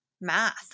math